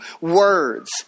words